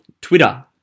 Twitter